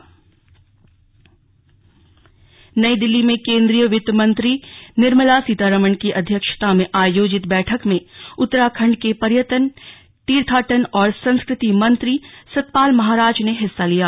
slug Satpal Maharaj New Delhi में केन्द्रीय वित्तमंत्री निर्मला सीतारमण की अध्यक्षता में आयोजित बैठक में उत्तराखण्ड के पर्यटन तीर्थाटन और संस्कृति मंत्री सतपाल महाराज ने हिस्सा लिया